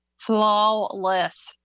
Flawless